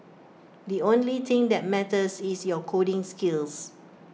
the only thing that matters is your coding skills